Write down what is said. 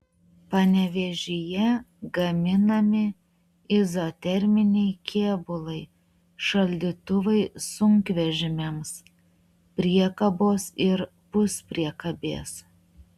panevėžyje gaminami izoterminiai kėbulai šaldytuvai sunkvežimiams priekabos ir puspriekabės